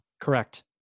Correct